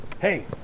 Hey